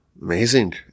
Amazing